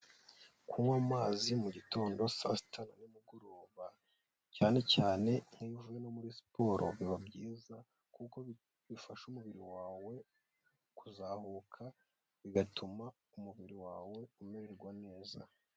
Kunywa amazi mu gitondo, saa sita na nimugoroba cyane cyane nnk'iyo uvuye no muri siporo biba byiza, kuko bifasha umubiri wawe kuzahuka bigatuma umubiri wawe umererwa neza.